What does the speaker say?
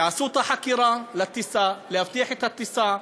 תעשו את החקירה לטיסה, להבטיח את הטיסה.